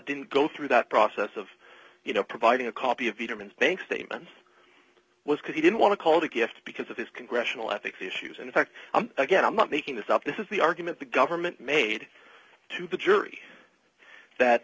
didn't go through that process of you know providing a copy of the bank statement was because he didn't want to call it a gift because of his congressional ethics issues in fact i'm again i'm not making this up this is the argument the government made to the jury